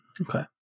Okay